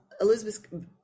Elizabeth